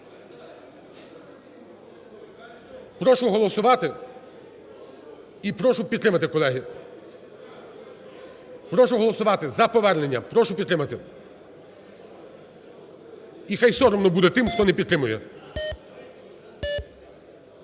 Прошу голосувати і прошу підтримати, колеги. Прошу голосувати за повернення, прошу підтримати і хай соромно буде тим, хто не підтримає.